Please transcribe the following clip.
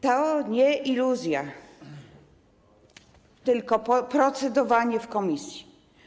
To nie jest iluzja, tylko procedowanie w komisji.